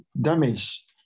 damage